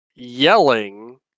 Yelling